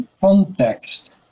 context